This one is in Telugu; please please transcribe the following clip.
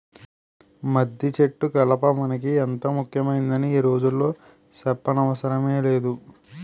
మద్దిసెట్టు కలప మనకి ఎంతో ముక్యమైందని ఈ రోజుల్లో సెప్పనవసరమే లేదు